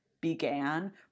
began